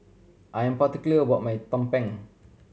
I'm particular what my tumpeng